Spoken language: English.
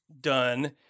done